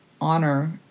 honor